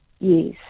yes